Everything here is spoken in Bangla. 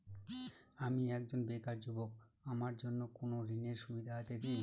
আমি একজন বেকার যুবক আমার জন্য কোন ঋণের সুবিধা আছে কি?